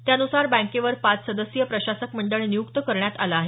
त्यानुसार बँकेवर पाच सदस्यीय प्रशासक मंडळ नियुक्त करण्यात आलं आहे